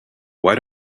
why